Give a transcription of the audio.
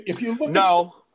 No